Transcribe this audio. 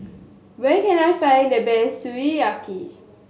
where can I find the best Sukiyaki